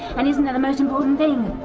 and isn't that the most important thing?